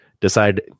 decide